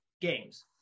games